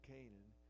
Canaan